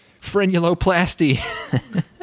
frenuloplasty